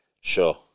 Sure